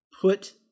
put